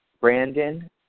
Brandon